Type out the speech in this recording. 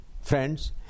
Friends